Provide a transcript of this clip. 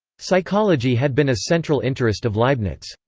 psychology had been a central interest of leibniz.